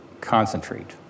concentrate